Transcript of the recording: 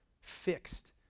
fixed